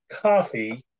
coffee